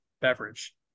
beverage